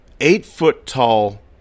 eight-foot-tall